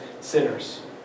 sinners